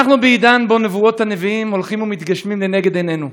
אנחנו בעידן שבו נבואות הנביאים הולכות ומתגשמות לנגד עינינו: